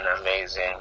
amazing